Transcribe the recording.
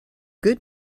good